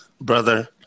Brother